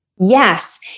yes